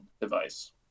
device